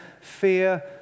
fear